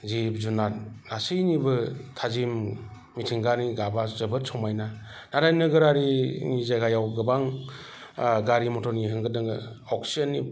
जिब जुनाद गासैनिबो थाजिम मिथिंगानि गाबा जोबोद समायना आरो नोगोरारिनि जायगायाव गोबां गारि मथरनि होंगो दोंगो अक्सिजेननि